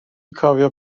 cofio